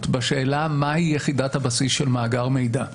בשאלה מהי יחידת הבסיס של מאגר מידע.